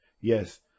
yes